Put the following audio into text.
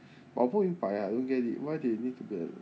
我不明白啊 don't get it why they need to uh